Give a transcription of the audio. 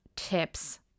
tips